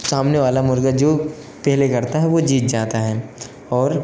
सामने वाला मुर्गा जो पहले करता है वो जीत जाता है और